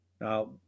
Now